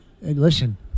Listen